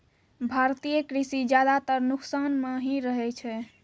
भारतीय कृषि ज्यादातर नुकसान मॅ ही रहै छै